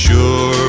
Sure